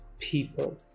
people